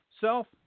self